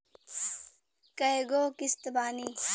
कय गो किस्त बानी?